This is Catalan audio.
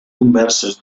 converses